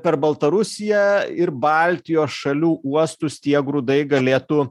per baltarusiją ir baltijos šalių uostus tie grūdai galėtų